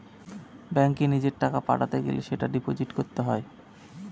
ব্যাঙ্কে নিজের টাকা পাঠাতে গেলে সেটা ডিপোজিট করতে হয়